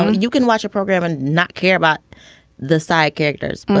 you can watch a program and not care about the side characters.